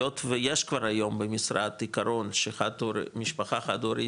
היות ויש כבר היום במשרד עיקרון שמשפחה חד-הורית,